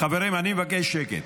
חברים, אני מבקש שקט.